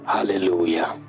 Hallelujah